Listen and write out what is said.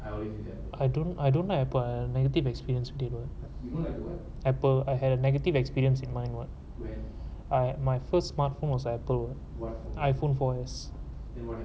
I I don't I don't like apple a negative experience didn't want apple I had a negative experience in mind what I my first smartphone was apple iphone four years